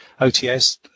OTS